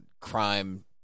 crime